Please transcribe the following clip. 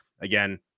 again